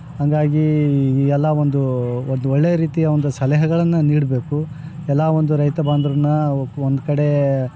ಹಂಗಾಗೀ ಎಲ್ಲ ಒಂದು ಒಂದು ಒಳ್ಳೆ ರೀತಿಯ ಒಂದು ಸಲಹೆಗಳನ್ನು ನೀಡಬೇಕು ಎಲ್ಲ ಒಂದು ರೈತ ಬಾಂಧವರ್ನ ಒಂದು ಕಡೆ